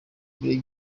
buri